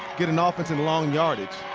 get an offense in long yardage.